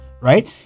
right